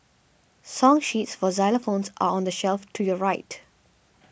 song sheets for xylophones are on the shelf to your right